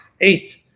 eight